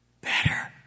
better